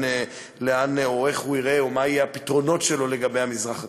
ואיך הוא רואה ומה יהיו הפתרונות שלו לגבי המזרח התיכון.